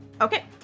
Okay